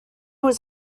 was